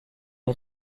les